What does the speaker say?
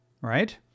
right